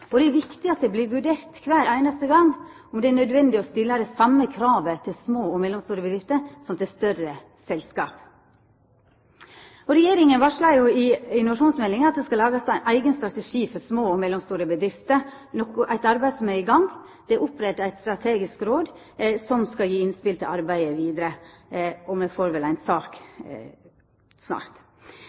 Det er viktig at det vert vurdert kvar einaste gong om det er nødvendig å stilla det same kravet til små og mellomstore bedrifter som til større selskap. Regjeringa varsla jo i innovasjonsmeldinga at det skal lagast ein eigen strategi for små og mellomstore bedrifter – eit arbeid som er i gang. Det er oppretta eit strategisk råd som skal gje innspel til det vidare arbeidet, og me får vel ei sak snart.